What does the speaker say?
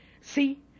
See